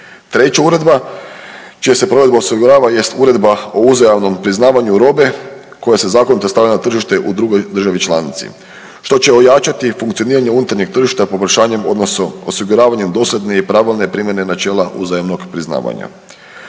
Treća uredba čija se provedba osigurava jest uredba o uzajamnom priznavanju robe koja se zakonito stavlja na tržište u drugoj državi članici što će ojačati funkcioniranje unutarnjeg tržišta poboljšanjem, odnosno osiguravanjem dosljedne i pravilne primjene načela uzajamnog priznavanja.